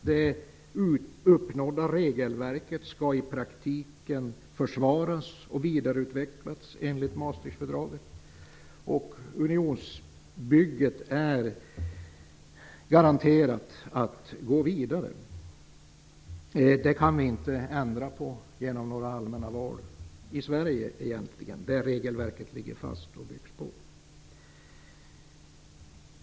Det uppnådda regelverket skall i praktiken försvaras och vidareutvecklas enligt Maastrichtfördraget, och unionsbygget är garanterat att gå vidare. Det kan vi inte ändra på genom allmänna val i Sverige, utan det regelverket ligger fast och byggs på.